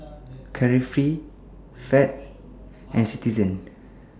Carefree Fab and Citizen